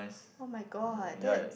[oh]-my-god that